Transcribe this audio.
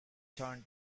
john